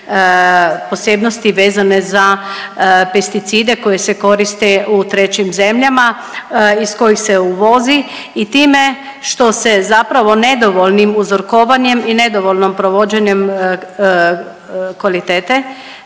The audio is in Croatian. posebnosti vezane za pesticide koji se koriste u trećim zemljama iz kojih se uvozi i time što se zapravo nedovoljnim uzorkovanjem i nedovoljnom provođenjem kvalitete